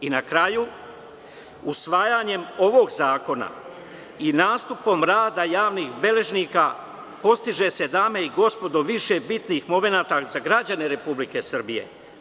Na kraju, usvajanjem ovog zakona i nastupom rada javnih beleženika postiže se, dame i gospodo, više bitnih momenata za građane Republike Srbije.